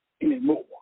anymore